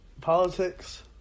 Politics